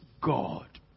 God